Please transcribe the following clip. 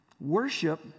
Worship